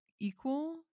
equal